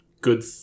good